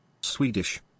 Swedish